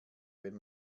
wenn